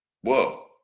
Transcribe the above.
Whoa